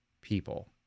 people